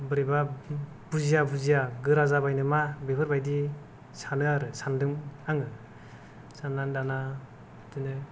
बोरैबा बुजिया बुजिया गोरा जाबाय नामा बिफोरबादि सानो आरो सानदों आङो सान्नानै दाना बिदिनो